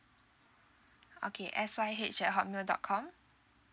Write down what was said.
okay S Y H at hotmail dot com